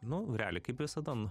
nu realiai kaip visada